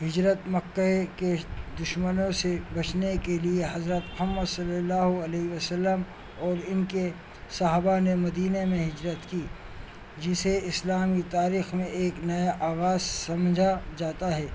ہجرت مکہ کے دشمنوں سے بچنے کے لیے حضرت محمد صلی اللہ علیہ وسلم اور ان کے صحابہ نے مدینے میں ہجرت کی جسے اسلام کی تاریخ میں ایک نیا آغاز سمجھا جاتا ہے